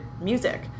music